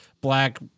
black